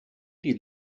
die